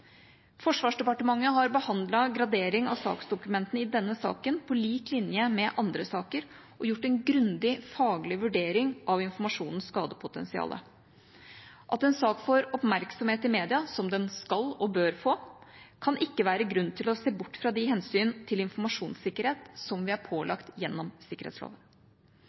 Forsvarsdepartementet har behandlet gradering av saksdokumentene i denne saken på lik linje med andre saker og gjort en grundig faglig vurdering av informasjonens skadepotensial. At en sak får oppmerksomhet i media, som den skal og bør få, kan ikke være grunn til å se bort fra de hensyn til informasjonssikkerhet som vi er pålagt gjennom sikkerhetsloven.